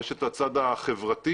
יש את הצד החברתי,